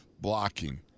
blocking